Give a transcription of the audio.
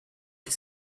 que